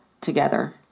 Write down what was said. together